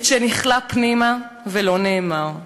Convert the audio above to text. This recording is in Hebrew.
את שנכלא פנימה ולא נאמר.